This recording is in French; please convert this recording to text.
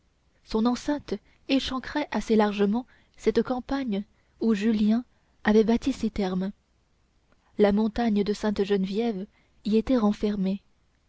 son enceinte échancrait assez largement cette campagne où julien avait bâti ses thermes la montagne de sainte-geneviève y était renfermée